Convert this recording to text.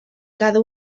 cada